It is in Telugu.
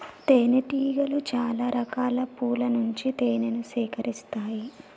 తేనె టీగలు చాల రకాల పూల నుండి తేనెను సేకరిస్తాయి